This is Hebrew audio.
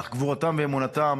אך גבורתם ואמונתם